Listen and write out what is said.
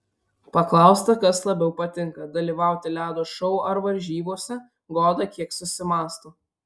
paklausta kas labiau patinka dalyvauti ledo šou ar varžybose goda kiek susimąsto